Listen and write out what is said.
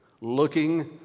Looking